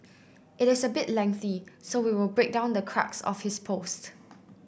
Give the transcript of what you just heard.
it is a bit lengthy so we will break down the crux of his post